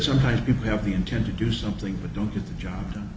sometimes you have the intent to do something but don't get the job done